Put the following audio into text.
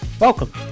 Welcome